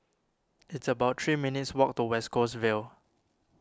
it's about three minutes' walk to West Coast Vale